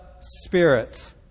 Spirit